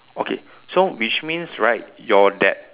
okay so which means right your that